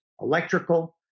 electrical